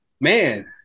Man